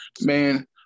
Man